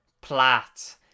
Platt